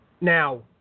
Now